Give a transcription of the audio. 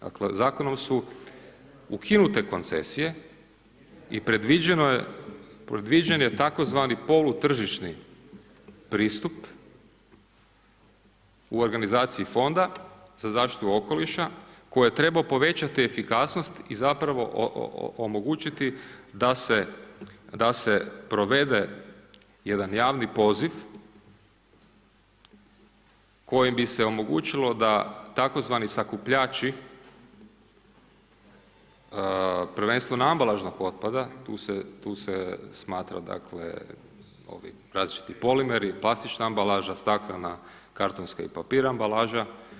Dakle, Zakonom su ukinute koncesije i predviđeno je, predviđen je tzv. polutržišni pristup u organizaciji Fonda za zaštitu okoliša koji je trebao povećati efikasnost i zapravo omogućiti da se provede jedan javni poziv kojim bi se omogućilo da tzv. sakupljači, prvenstveno ambalažnog otpada, tu se smatra, dakle, ovi različiti polimeri, plastična ambalaža, staklena, kartonska i papir ambalaža.